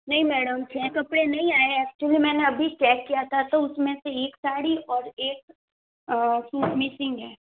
नहीं मैडम छः कपड़े नहीं आए हैं एक्चुअली मैंने अभी चेक किया था तो उसमें से एक साड़ी और एक सूट मिसिंग है